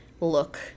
look